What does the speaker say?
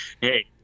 Hey